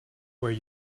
where